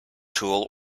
tool